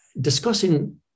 discussing